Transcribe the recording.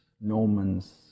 Normans